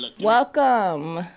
Welcome